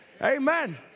Amen